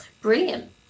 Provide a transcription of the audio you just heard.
Brilliant